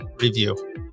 review